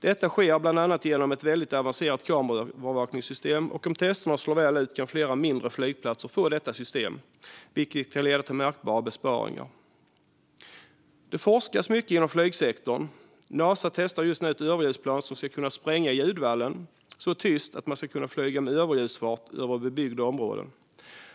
Detta sker bland annat genom ett väldigt avancerat kameraövervakningssystem, och om testerna slår väl ut kan flera mindre flygplatser få detta system, vilket kan leda till märkbara besparingar. Det forskas mycket inom flygsektorn, och Nasa testar just nu ett nytt överljudsplan som spränger ljudvallen så tyst att man ska kunna flyga med överljudsfart över bebyggda områden.